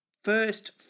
First